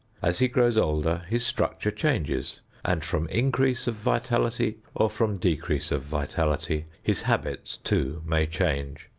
as he grows older his structure changes and from increase of vitality or from decrease of vitality his habits, too, may change.